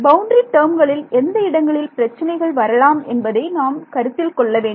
boundary டேர்ம்களில் எந்த இடங்களில் பிரச்சினைகள் வரலாம் என்பதை நாம் கருத்தில் கொள்ள வேண்டும்